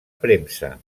premsa